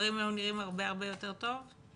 דברים היו נראים הרבה יותר טוב'?